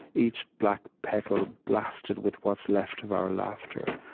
each black petal blasted with what's left of our laughter.